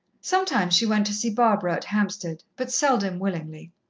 sometimes she went to see barbara at hampstead, but seldom willingly.